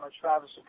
Travis